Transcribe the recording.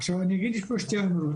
אני אגיד שיש פה שתי אמירות,